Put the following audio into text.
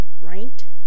ranked